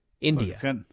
India